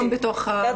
גם בתוך המפלגה.